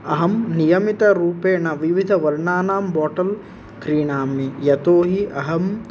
अहं नियतरूपेण विविधवर्णानां बोटल् क्रीणामि यतो हि अहं